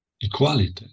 equality